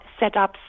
setups